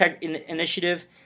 initiative